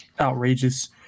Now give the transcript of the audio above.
outrageous